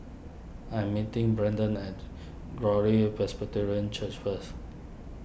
I am meeting Brendon at Glory Presbyterian Church first